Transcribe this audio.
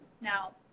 now